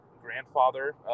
grandfather